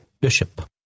Bishop